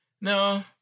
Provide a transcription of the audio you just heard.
No